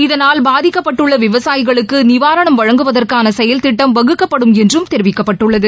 இதனால் பாதிக்கப்பட்டுள்ள விவசாயிகளுக்கு நிவாரணம் வழங்குவதற்கான செயல்திட்டம் வகுக்கப்படும் என்றும் தெரிவிக்கப்பட்டுள்ளது